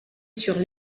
sur